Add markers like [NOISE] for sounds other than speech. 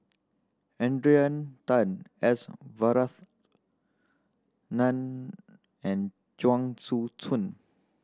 Adrian Tan S [UNINTELLIGIBLE] and Chuang [UNINTELLIGIBLE] Tsuan